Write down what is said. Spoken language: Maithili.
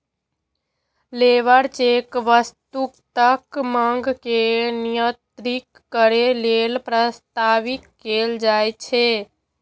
लेबर चेक वस्तुक मांग के नियंत्रित करै लेल प्रस्तावित कैल जाइ छै